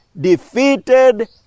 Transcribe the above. defeated